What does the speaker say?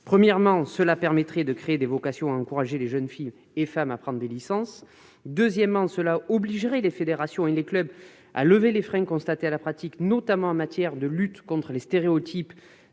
médiatisation permettrait de créer des vocations et encouragerait les jeunes filles et femmes à prendre des licences. Ensuite, elle obligerait les fédérations et les clubs à lever les freins constatés à la pratique, notamment en matière de lutte contre les stéréotypes,